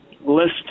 list